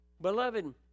Beloved